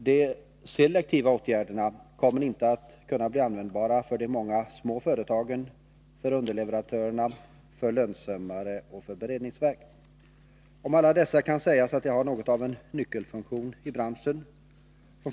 De selektiva åtgärderna kommer inte att kunna utnyttjas av de många småföretagen, av underleverantörer, lönsömmare och beredningsverk. Om alla dessa kan sägas att de har något av en nyckelfunktion i branschen.